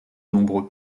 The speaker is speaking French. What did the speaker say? nombreux